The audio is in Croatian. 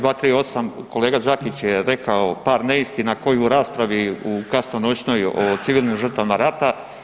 238. kolega Đakić je rekao par neistina ko i u raspravi u kasno noćnoj o civilnim žrtvama rata.